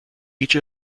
each